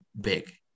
big